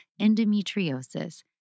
endometriosis